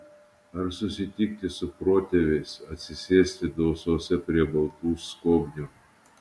ar susitikti su protėviais atsisėsti dausose prie baltų skobnių